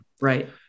right